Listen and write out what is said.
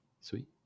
Sweet